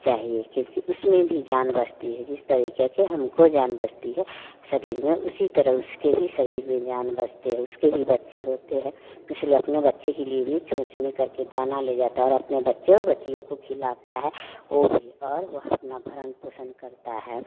चाहिए क्योंकि उसमें भी जान बसती है जिस तरीक़े की हमको जान बचती है शरीर में उसी तरह उसके भी सरीर में जान बसती है उसके भी बच्चे होते हैं इसलिए वे अपने बच्चे के लिए भी चोंच में करके दाना ले जाते हैं और अपने बच्चे बच्चियों को खिलाते हैं और भी और वह अपना भरण पोषण करते हैं